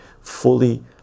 fully